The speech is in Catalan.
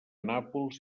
nàpols